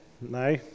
No